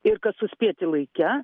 ir kad suspėti laike